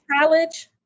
college